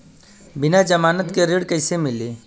बिना जमानत के ऋण कईसे मिली?